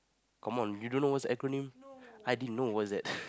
come on you don't know what's acronym I didn't know what is that